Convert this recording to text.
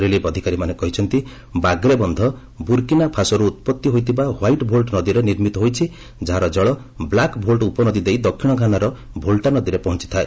relief ଅଧିକାରୀମାନେ କହିଛନ୍ତି ବାଗ୍ରେ ବନ୍ଧ ବୁରକିନା ଫାସୋରୁ ଉତ୍ପତି ହୋଇଥିବା ହ୍ୱାଇଟ୍ ଭୋଲ୍ଚ ନଦୀରେ ନିର୍ମିତ ହୋଇଛି ଯାହାର କଳ ବ୍ଲାକ୍ ଭୋଲ୍ଚ ଉପନଦୀ ଦେଇ ଦକ୍ଷିଣ ଘାନାର ଭୋଲ୍ଟା ନଦୀରେ ପହଞ୍ଚିଥାଏ